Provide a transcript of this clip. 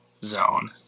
zone